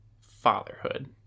fatherhood